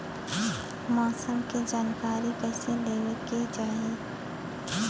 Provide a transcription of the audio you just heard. मौसम के जानकारी कईसे लेवे के चाही?